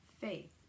faith